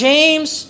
James